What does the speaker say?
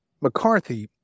McCarthy